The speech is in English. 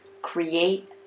create